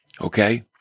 okay